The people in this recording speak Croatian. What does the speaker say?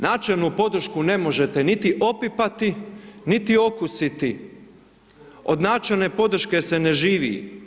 Načelnu podršku ne možete niti opipati, niti okusiti, od načelne podrške se ne živi.